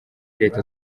leta